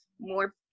more